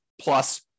plus